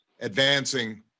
advancing